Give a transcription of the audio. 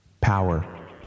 Power